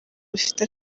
bifite